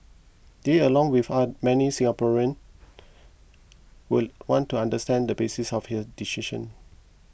they along with many Singaporeans would want to understand the basis of her decision